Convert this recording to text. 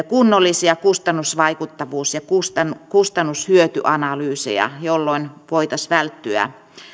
kunnollisia kustannusvaikuttavuus ja kustannus hyöty analyyseja jolloin voitaisiin välttyä